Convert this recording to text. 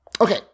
Okay